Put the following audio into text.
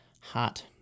Hot